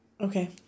Okay